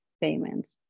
payments